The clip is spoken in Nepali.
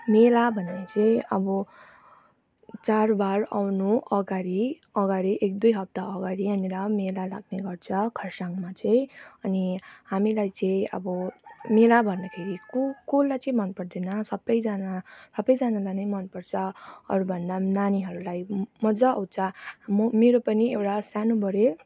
मेला भन्ने चाहिँ अब चाडबाड आउनु अगाडि अगाडि एक दुई हप्ता अगाडि यहाँनिर मेला लाग्ने गर्छ खर्साङमा चाहिँ अनि हामीलाई चाहिँ अब मेला भन्दाखेरिको कसलाई चाहिँ मन पर्दैन सबैजना सबैजनालाई नै मन पर्छ अरू भन्दा नानीहरूलाई मजा आउँछ म मेरो पनि एउटा सानोबाटै